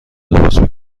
درست